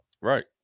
Right